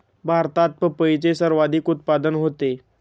भारतात पपईचे सर्वाधिक उत्पादन होते